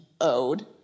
owed